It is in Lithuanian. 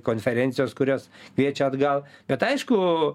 konferencijos kurios kviečia atgal bet aišku